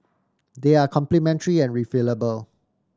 they are complementary and refillable